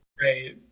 right